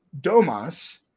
Domas